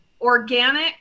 organic